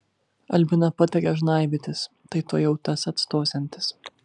albina patarė žnaibytis tai tuojau tas atstosiantis